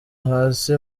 hasi